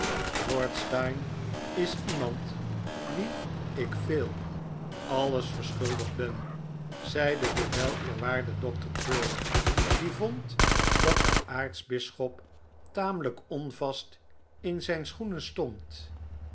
lord steyne is iemand wien ik veel alles verschuldigd ben zeide de weleerwaarde dokter trail die vond dat de aartsbisschop tamelijk onvast in zijn schoenen stond